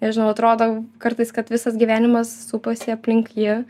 nežinau atrodo kartais kad visas gyvenimas supasi aplink jį